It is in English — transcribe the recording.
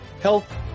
Health